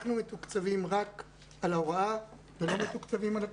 אנחנו מתוקצבים רק על ההוראה ולא מתוקצבים על הפנימייה.